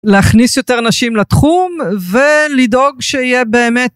להכניס יותר נשים לתחום ולדאוג שיהיה באמת